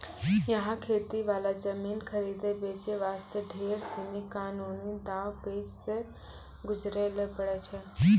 यहाँ खेती वाला जमीन खरीदै बेचे वास्ते ढेर सीनी कानूनी दांव पेंच सॅ गुजरै ल पड़ै छै